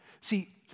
See